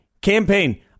campaign